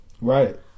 Right